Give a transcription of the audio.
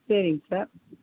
சரிங்க சார்